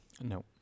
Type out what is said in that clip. No